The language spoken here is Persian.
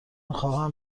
خواهم